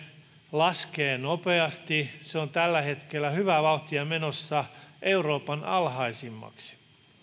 laskee nopeasti se on tällä hetkellä hyvää vauhtia menossa euroopan alhaisimmaksi